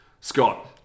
Scott